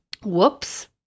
whoops